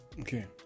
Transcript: okay